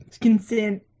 consent